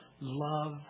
love